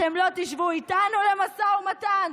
אתם לא תשבו איתנו למשא ומתן?